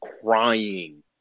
crying